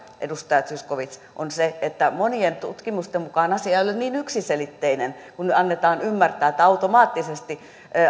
edustaja zyskowicz on se että monien tutkimusten mukaan asia ei ole niin yksiselitteinen kuin annetaan ymmärtää että automaattisesti